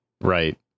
Right